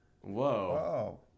Whoa